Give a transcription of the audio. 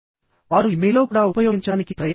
వారు ఇమెయిల్లో కూడా ఉపయోగించడానికి ప్రయత్నిస్తారు